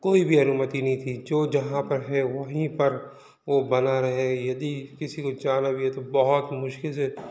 कोई भी अनुमति नहीं थी जो जहाँ पर है वहीं पर वो बना रहे यदि किसी को जाना भी है तो बहुत मुश्किल से